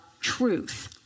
truth